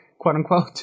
quote-unquote